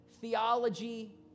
theology